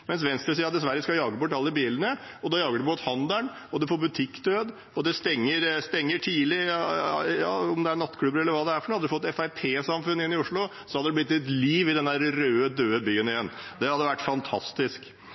dessverre skal jage bort alle bilene, og da jager de bort handelen. En får butikkdød, og det stenger tidlig, om det er nattklubber, eller hva det er. Hadde en fått et FrP-samfunn i Oslo, hadde det blitt liv igjen i denne røde, døde byen. Det hadde vært fantastisk.